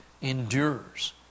endures